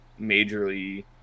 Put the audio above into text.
majorly